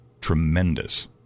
tremendous